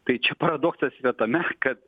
tai čia paradoksas yra tame kad